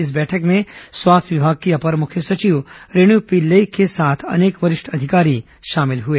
इस बैठक में स्वास्थ्य विभाग की अपर मुख्य सचिव रेणु पिल्ले के साथ अनेक वरिष्ठ अधिकारी शामिल हुए